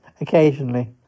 Occasionally